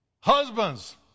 Husbands